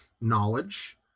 knowledge